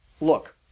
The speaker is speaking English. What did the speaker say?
look